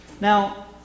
Now